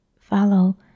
follow